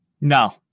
No